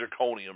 zirconium